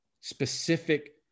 specific